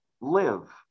live